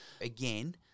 Again